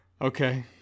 Okay